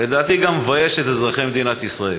ולדעתי גם מבייש את אזרחי מדינת ישראל?